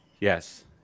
Yes